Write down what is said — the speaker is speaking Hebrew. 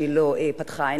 שהיא לא פתחה עין,